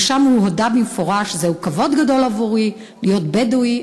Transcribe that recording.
ושם הוא הודה במפורש: זהו כבוד גדול עבורי להיות בדואי,